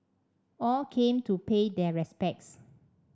all came to pay their respects